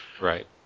Right